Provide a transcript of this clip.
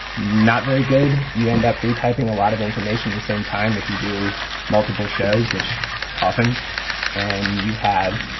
not very good. you end up re-typing a lot of information the same time and if you do multiple shows, which is often and you have